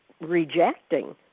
rejecting